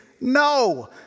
No